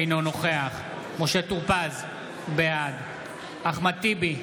אינו נוכח משה טור פז, בעד אחמד טיבי,